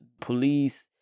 police